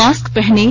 mask पहनें